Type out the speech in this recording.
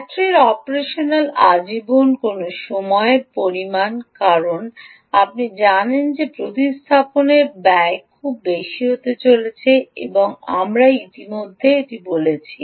ব্যাটারির অপারেশনাল আজীবন কোনও সময়ের পরিমাণ কারণ আপনি জানেন যে প্রতিস্থাপনের ব্যয় খুব বেশি হতে চলেছে আমরা ইতিমধ্যে এটি বলেছি